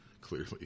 clearly